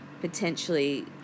potentially